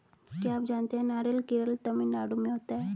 क्या आप जानते है नारियल केरल, तमिलनाडू में होता है?